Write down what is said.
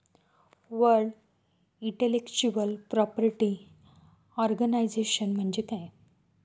World intellectual property organisation म्हणजे काय?